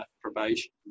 probation